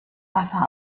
wasser